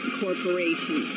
corporation